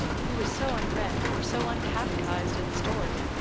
who is so unread or so uncatechized in story,